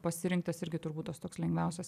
pasirinktas irgi turbūt tas toks lengviausias